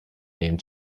name